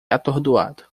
atordoado